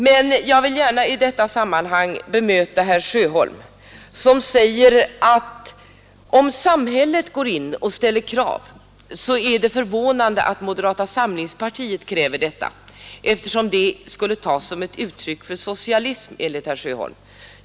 Men jag vill i detta sammanhang bemöta herr Sjöholm, som säger att det är förvånande att moderata samlingspartiet kräver att samhället skall gå in och ställa krav, eftersom det skulle kunna uppfattas som ett uttryck för socialism.